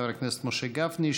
חבר הכנסת משה גפני,